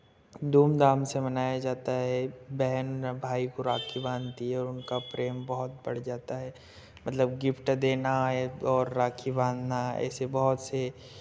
धूमधाम से मनाया जाता है बहन भाई को राखी बाँधती है और उनका प्रेम बहुत बढ़ जाता है मतलब गिफ्ट देना है और राखी बांधना ऐसे बहुत से